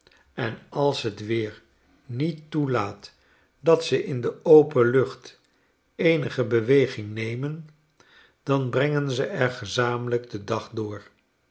en als het weer niet toelaat dat ze in de open lucht eenige beweging nemen dan brengen ze er gezamenlijk den dag door